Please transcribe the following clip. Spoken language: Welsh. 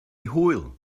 hwyl